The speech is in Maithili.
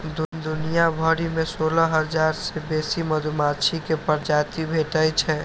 दुनिया भरि मे सोलह हजार सं बेसी मधुमाछी के प्रजाति भेटै छै